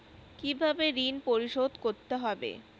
কিভাবে ঋণ পরিশোধ করতে হবে?